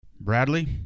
Bradley